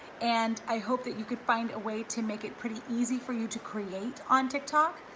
and i hope that you could find a way to make it pretty easy for you to create on tik tok.